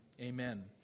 Amen